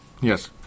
yes